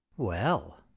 Well